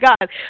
God